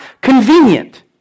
convenient